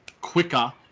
quicker